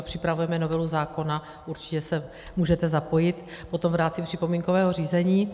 připravuje novelu zákona, určitě se můžete zapojit potom v rámci připomínkového řízení.